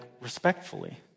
respectfully